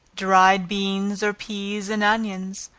dried beans or peas, and onions,